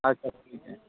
ᱟᱪᱪᱷᱟ ᱴᱷᱤᱠ ᱜᱮᱭᱟ